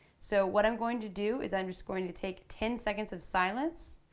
so what i'm going to do is i'm just going to take ten seconds of silence,